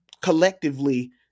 collectively